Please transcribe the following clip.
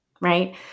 Right